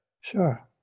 Sure